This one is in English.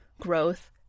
growth